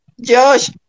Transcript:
Josh